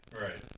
Right